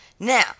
Now